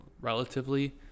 Relatively